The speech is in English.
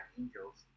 angels